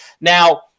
Now